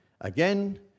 again